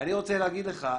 אני רוצה להגיד לך,